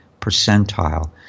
percentile